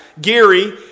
Gary